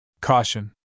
Caution